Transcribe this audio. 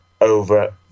over